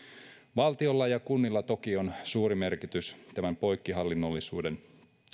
valtiolla ja kunnilla toki on suuri merkitys tämän poikkihallinnollisuuden